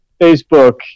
Facebook